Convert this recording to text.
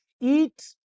Eat